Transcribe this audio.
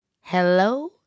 Hello